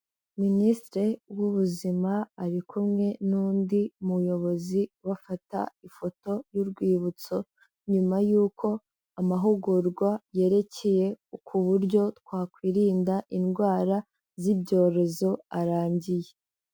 Minisitire w'Ubuzima ari kumwe n'undi muyobozi bafata ifoto y'urwibutso, nyuma y'uko amahugurwa yerekeye ku buryo twakwirinda indwara z'ibyorezo arangiye.